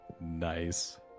Nice